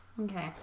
Okay